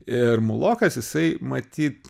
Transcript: ir mulokas jisai matyt